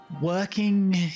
working